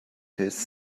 his